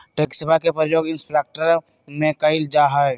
टैक्सवा के प्रयोग इंफ्रास्ट्रक्टर में कइल जाहई